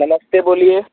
नमस्ते बोलिए